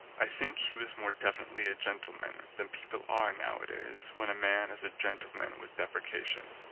i think he was more definitely a gentleman than people are nowadays when a man is a gentleman with deprecation.